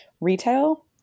retail